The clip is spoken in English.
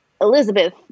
elizabeth